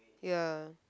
ya